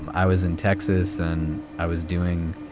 and i was in texas and i was doing